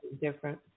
different